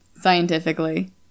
scientifically